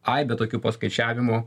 aibę tokių paskaičiavimų